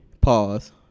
Pause